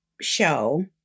show